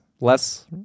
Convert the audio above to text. less